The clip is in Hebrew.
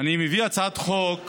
להצעת חוק